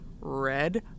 red